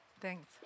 Thanks